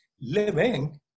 living